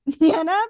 Nana